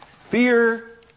fear